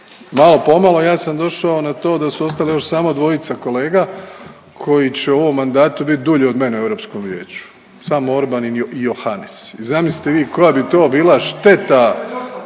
malo po malo ja sam došao na to da su ostala još samo dvojica kolega koji će u ovom mandatu bit dulje od mene u Europskom vijeću. Samo Orban i Johanes. I zamislite vi koja bi to bila šteta